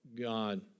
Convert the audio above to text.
God